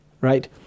right